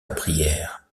prière